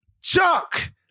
Chuck